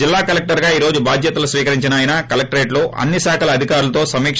జిల్లా కలెక్లర్గా ఈ రోజు బాధ్యతలు స్వీకరించిన ఆయన కలెక్టరేట్లో అన్ని శాఖల అధికారులతో సమీక